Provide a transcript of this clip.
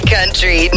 Country